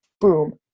Boom